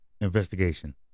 investigation